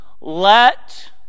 Let